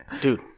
Dude